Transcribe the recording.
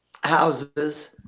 houses